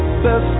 best